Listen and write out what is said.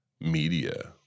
media